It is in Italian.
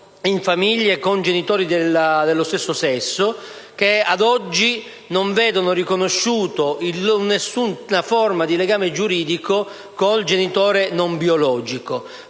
in famiglie con genitori dello stesso sesso, che ad oggi non vedono riconosciuta nessuna forma di legame giuridico con il genitore non biologico.